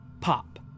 pop